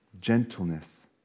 gentleness